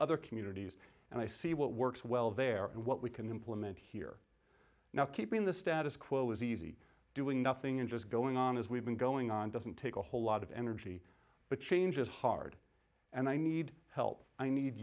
other communities and i see what works well there and what we can implement here now keeping the status quo is easy doing nothing and just going on as we've been going on doesn't take a whole lot of energy but change is hard and i need help i need